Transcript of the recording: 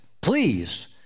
Please